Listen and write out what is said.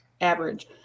average